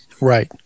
Right